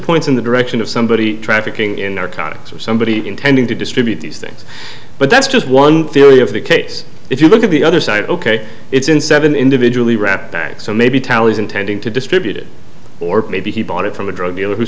points in the direction of somebody trafficking in narcotics or somebody intending to distribute these things but that's just one theory of the case if you look at the other side ok it's in seven individually wrapped so maybe talley's intending to distribute it or maybe he bought it from a drug dealer who